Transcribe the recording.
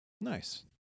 Nice